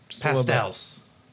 pastels